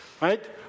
right